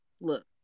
look